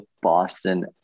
Boston